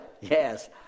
Yes